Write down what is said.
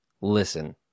listen